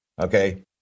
okay